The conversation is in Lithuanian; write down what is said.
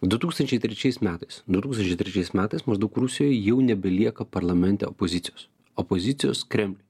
du tūkstančiai trečiais metais du tūkstančiai trečiais metais maždaug rusijoj jau nebelieka parlamente opozicijos opozicijos krem